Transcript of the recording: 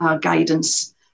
guidance